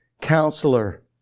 counselor